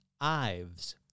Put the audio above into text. Ives